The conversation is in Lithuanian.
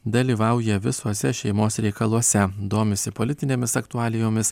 dalyvauja visuose šeimos reikaluose domisi politinėmis aktualijomis